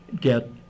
get